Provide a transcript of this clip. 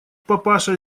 папаша